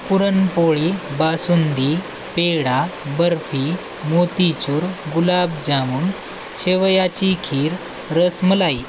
पुरणपोळी बासुंदी पेडा बर्फी मोतीचूर गुलाबजामून शेवयाची खीर रसमलाई